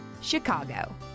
CHICAGO